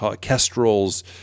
kestrels